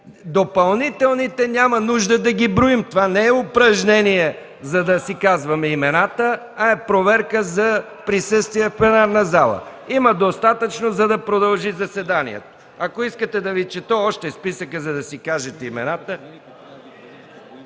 допълнителните. Няма нужда да ги броим, това не е упражнение, за да си казваме имената, а е проверка за присъствие в пленарната зала. Има достатъчно, за да продължи заседанието. Ако искате, да Ви чета още списъка, за да си кажете имената.